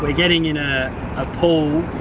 but getting in a ah pool